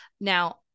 Now